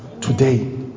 today